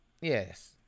yes